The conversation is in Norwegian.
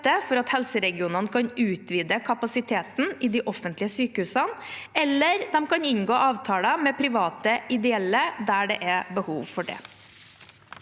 for at helseregionene kan utvide kapasiteten i de offentlige sykehusene, eller de kan inngå avtaler med private ideelle parter der det er behov for det.